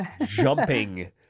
jumping